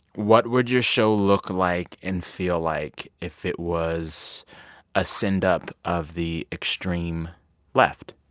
what would your show look like and feel like if it was a sendup of the extreme left?